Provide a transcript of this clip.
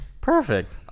perfect